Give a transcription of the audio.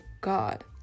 god